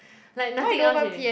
like nothing else already